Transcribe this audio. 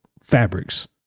fabrics